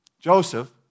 Joseph